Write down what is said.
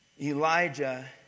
Elijah